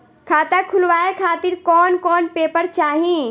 खाता खुलवाए खातिर कौन कौन पेपर चाहीं?